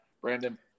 Brandon